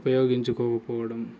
ఉపయోగించుకోకపోవడం